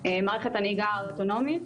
מערכת הנהיגה האוטונומית,